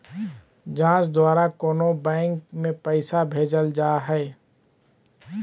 जाँच द्वारा कोनो बैंक में पैसा भेजल जा हइ